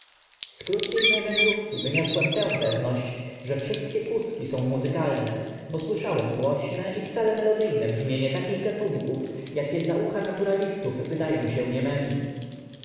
z krótkiej mej wędrówki wyniosłem tę pewność że wszystkie kózki są muzykalne bo słyszałem głośne i wcale melodyjne brzmienie takich gatunków jakie dla ucha naturalistów wydają się niememi